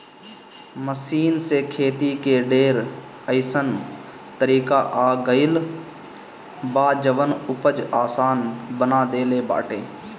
machine से खेती के ढेर अइसन तरीका आ गइल बा जवन उपज आसान बना देले बाटे